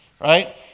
right